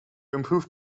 improve